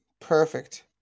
perfect